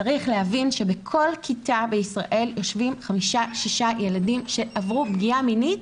צריך להבין שבכל כיתה בישראל יושבים חמישה-שישה ילדים שעברו פגיעה מינית